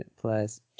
plus